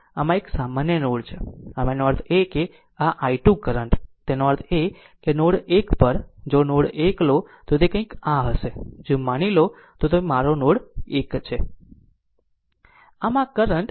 આમ આ આ એક સામાન્ય નોડ છે આમ આનો અર્થ એ કે આ i 2 કરંટ તેનો અર્થ એ કે નોડ 1 પર જો નોડ 1 લો તો તે કંઈક આ હશે જો આ માની લો તો મારો નોડ 1 છે